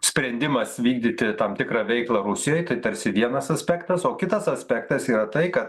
sprendimas vykdyti tam tikrą veiklą rusijoj tai tarsi vienas aspektas o kitas aspektas yra tai ka